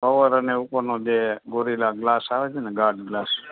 cover અને ઉપરનો જે ગોરીલા ગ્લાસ આવે છે ને ગાર્ડ ગ્લાસ